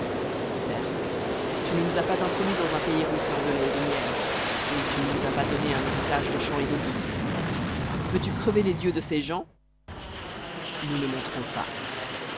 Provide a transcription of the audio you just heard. certes tu ne nous as pas introduits dans un pays ruisselant de lait et de miel et tu ne nous as pas donné un héritage de champs et de vignes veux-tu crever les yeux de ces gens nous ne monterons pas